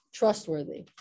trustworthy